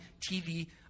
TV